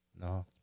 No